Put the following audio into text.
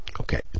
Okay